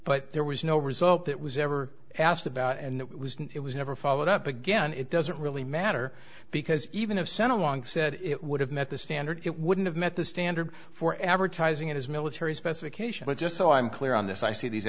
but there was no result that was ever asked about and it was never followed up again it doesn't really matter because even if sent along said it would have met the standard it wouldn't have met the standard for advertising in his military specification but just so i'm clear on this i see these